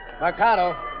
Mercado